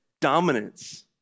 Dominance